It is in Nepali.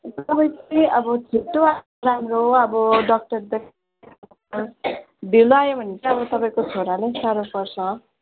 तपाईँ चाहिँ अब छिट्टो आएको राम्रो अब डाक्टर ढिलो आयो भने चाहिँ अब तपाईँको छोरालाई साह्रो पर्छ